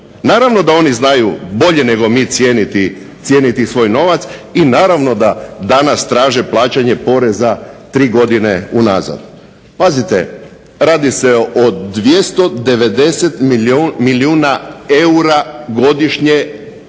Naravno da oni znaju bolje nego mi cijeniti svoj novac i naravno da danas traže plaćanje poreza 3 godine unazad. Pazite, radi se od 290 milijuna eura godišnjih